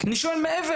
אני שואל מעבר.